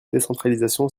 décentralisation